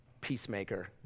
peacemaker